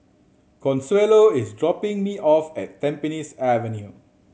Consuelo is dropping me off at Tampines Avenue